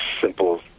simple